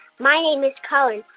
my name is cohen.